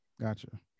gotcha